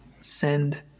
send